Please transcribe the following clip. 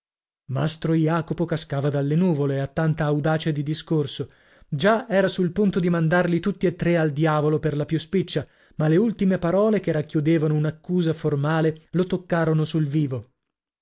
mastro jacopo cascava dalle nuvole a tanta audacia di discorso già era sul punto di mandarli tutti e tre al diavolo per la più spiccia ma le ultime parole che racchiudevano un'accusa formale lo toccarono sul vivo